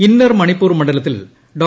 inner Manipur മണ്ഡലത്തിൽ ഡോ